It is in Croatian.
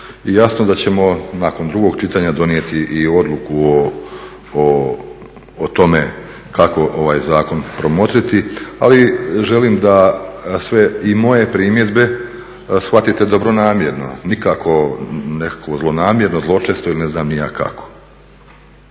i jasno da ćemo nakon drugog čitanja donijeti i odluku o tome kako ovaj zakon promotriti. Ali želim da sve i moje primjedbe shvatite dobronamjerno, nikako nekako zlonamjerno, zločesto ili ne znam ni ja kako.